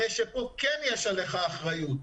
הרי שפה יש עליך אחריות,